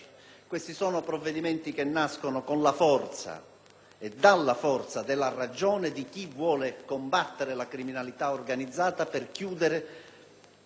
e dalla forza della ragione di chi vuole combattere la criminalità organizzata per chiudere questa pagina tristissima della storia del nostro Paese